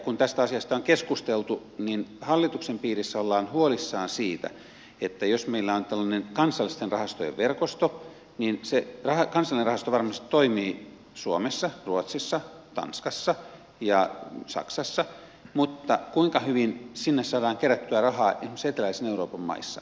kun tästä asiasta on keskusteltu niin hallituksen piirissä ollaan huolissaan siitä että jos meillä on tällainen kansallisten rahastojen verkosto niin se kansallinen rahasto varmasti toimii suomessa ruotsissa tanskassa ja saksassa mutta kuinka hyvin sinne saadaan kerättyä rahaa esimerkiksi eteläisen euroopan maissa